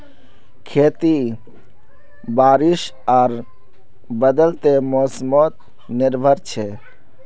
खेती बारिश आर बदलते मोसमोत निर्भर छे